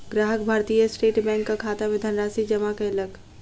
ग्राहक भारतीय स्टेट बैंकक खाता मे धनराशि जमा कयलक